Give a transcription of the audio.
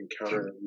encounter